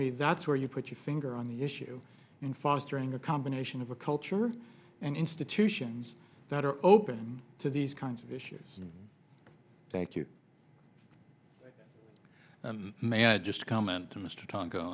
me that's where you put your finger on the issue in fostering a combination of a culture and institutions that are open to these kinds of issues thank you may i just comment to mr kon